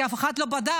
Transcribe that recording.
כי אף אחד לא בדק.